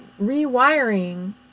rewiring